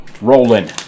rolling